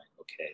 Okay